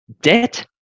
debt